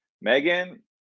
Megan